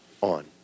on